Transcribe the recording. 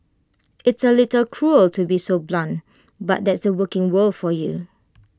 it's A little cruel to be so blunt but that's the working world for you